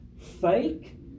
fake